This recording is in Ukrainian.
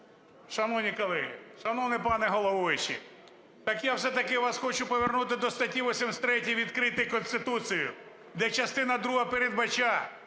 Шановні колеги! Шановний пане головуючий! Так я все-таки вас хочу повернути до статті 83, відкрийте Конституцію, де частина друга передбачає,